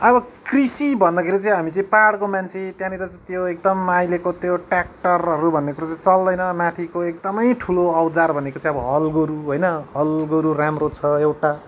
अब कृषि भन्दाखेरि चाहिँ हाम्री चाहिँ पाहाडको मान्छे त्यहाँनिर चाहिँ त्यो एकदम अहिलेको त्यो ट्रयाक्टरहरू भन्ने कुरोहरू चल्दैन माथिको एकदमै ठुलो औजार भनेको चाहिँ अब हल गोरु होइन हल गोरु रोम्रो छ एउटा